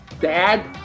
Dad